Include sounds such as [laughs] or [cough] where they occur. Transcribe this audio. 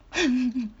[laughs]